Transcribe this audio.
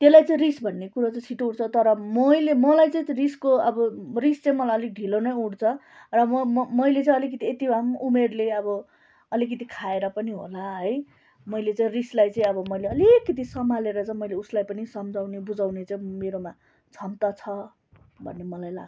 त्यसलाई चाहिँ रिस भन्ने कुरा चाहिँ छिटो उठ्छ तर मैले मलाई चाहिँ त्यो रिसको अब रिस चाहिँ मलाई अलिक ढिलो नै उठ्छ र म म मैले चाहिँ अलिकति यति भए पनि उमेरले अब अलिकिति खाएर पनि होला है मैले चाहिँ रिसलाई चाहिँ अब मैले अलिकिति समालेर चाहिँ मैले उसलाई पनि सम्झाउने बुझाउने चाहिँ मेरोमा क्षमता छ भन्ने मलाई लाग्छ